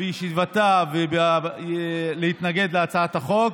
בישיבתה להתנגד להצעת החוק.